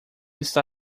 está